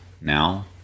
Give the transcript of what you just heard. now